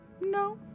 no